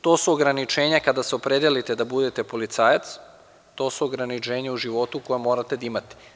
To su ograničenja kada se opredelite da budete policajac, to su ograničenja u životu koja morate da imate.